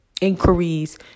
inquiries